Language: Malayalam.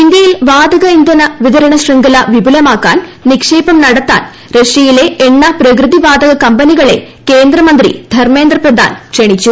ഇന്ത്യയിൽ വാതക ഇന്ധന വിതരണ ശൃംഖല വിപുലമാക്കാൻ നിക്ഷേപം നടത്താൻ റഷ്യയിലെ എണ്ണ പ്രകൃതി വാതക കമ്പനികളെ കേന്ദ്ര മന്ത്രി ധർമ്മേന്ദ്ര പ്രദാൻ ക്ഷണിച്ചു